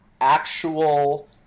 actual